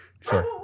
Sure